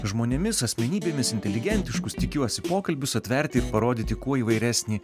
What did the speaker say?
žmonėmis asmenybėmis inteligentiškus tikiuosi pokalbius atverti ir parodyti kuo įvairesnį